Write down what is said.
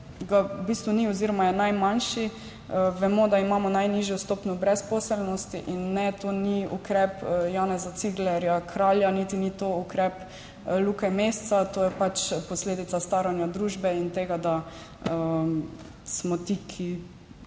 ga v bistvu ni oziroma je najmanjši. Vemo, da imamo najnižjo stopnjo brezposelnosti, in ne, to ni ukrep Janeza Ciglerja Kralja niti ni to ukrep Luke Mesca, to je pač posledica staranja družbe in tega, da smo ti,